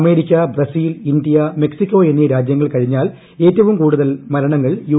America Brazil India Mexico എന്നീ രാജ്യങ്ങൾ കഴിഞ്ഞാൽ ഏറ്റവും കൂടുതൽ മരണങ്ങൾ യു